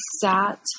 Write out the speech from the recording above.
sat